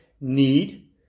need